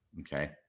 okay